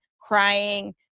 crying